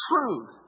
truth